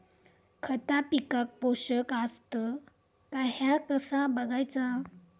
खता पिकाक पोषक आसत काय ह्या कसा बगायचा?